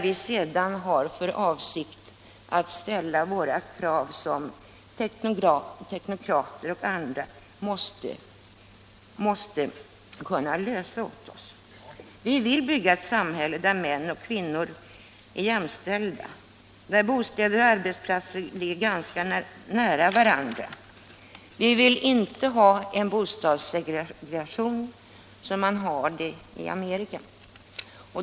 Vi har för avsikt att sedan ställa våra krav som teknokrater och andra måste kunna finna lösningar på. Vi vill bygga ett samhälle där män och kvinnor är jämställda, där bostäder och arbetsplatser ligger ganska nära varandra. Vi vill inte ha en bostadsegregation som man har i Amerika.